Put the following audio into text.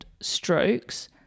strokes